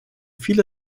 viele